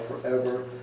forever